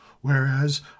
whereas